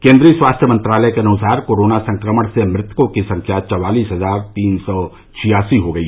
केन्द्रीय स्वास्थ्य मंत्रालय के अनुसार कोरोना संक्रमण से मृतकों की संख्या चौवालिस हजार तीन सौ छियासी हो गई